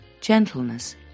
Gentleness